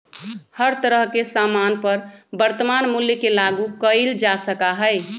हर तरह के सामान पर वर्तमान मूल्य के लागू कइल जा सका हई